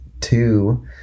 two